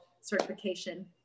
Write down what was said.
certification